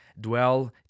Dwell